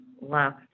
left